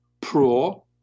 pro